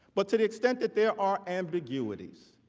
but to the extent that there are ambiguities,